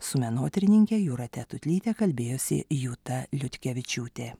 su menotyrininke jūrate tutlyte kalbėjosi juta liutkevičiūtė